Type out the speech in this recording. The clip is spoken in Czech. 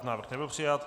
Návrh nebyl přijat.